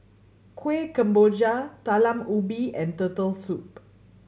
Kuih Kemboja Talam Ubi and Turtle Soup